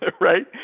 Right